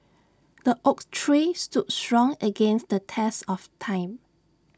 the oak tree stood strong against the test of time